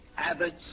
Abbots